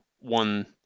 one